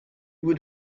would